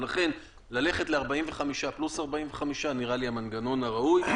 ולכן, ללכת ל-45 פלוס 45 נראה לי המנגנון הראוי.